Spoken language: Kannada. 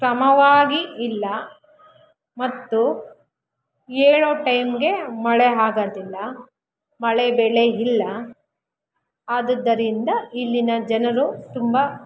ಕ್ರಮವಾಗಿ ಇಲ್ಲ ಮತ್ತು ಹೇಳೋ ಟೈಮ್ಗೆ ಮಳೆ ಆಗದಿಲ್ಲ ಮಳೆ ಬೆಳೆ ಇಲ್ಲ ಆದುದರಿಂದ ಇಲ್ಲಿನ ಜನರು ತುಂಬ